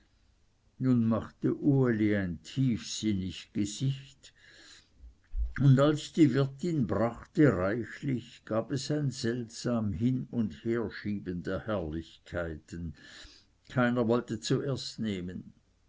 nun machte uli ein tiefsinnig gesicht und als die wirtin brachte reichlich gab es ein seltsam hin und herschieben der herrlichkeiten keiner wollte zuerst nehmen